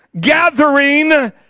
gathering